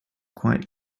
quite